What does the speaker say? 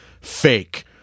fake